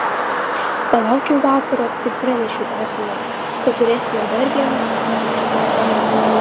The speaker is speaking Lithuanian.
palaukiau vakaro ir pranešiau osamai kad turėsime dar vieną kūdikį